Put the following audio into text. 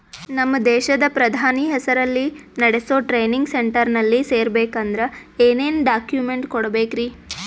ನಮ್ಮ ದೇಶದ ಪ್ರಧಾನಿ ಹೆಸರಲ್ಲಿ ನೆಡಸೋ ಟ್ರೈನಿಂಗ್ ಸೆಂಟರ್ನಲ್ಲಿ ಸೇರ್ಬೇಕಂದ್ರ ಏನೇನ್ ಡಾಕ್ಯುಮೆಂಟ್ ಕೊಡಬೇಕ್ರಿ?